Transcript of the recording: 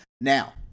Now